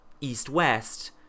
east-west